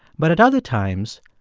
but at other times,